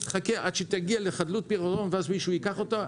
היא תחכה עד שהיא תגיע לחדלות פירעון ואז מישהו ייקח אותה?